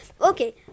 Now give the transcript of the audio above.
Okay